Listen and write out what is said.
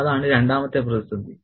അതാണ് രണ്ടാമത്തെ പ്രതിസന്ധി